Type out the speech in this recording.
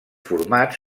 format